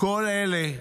כל אלה,